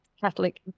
Catholic